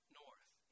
north